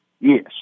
Yes